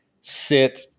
sit